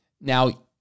Now